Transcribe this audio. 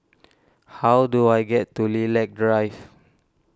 how do I get to Lilac Drive